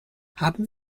haben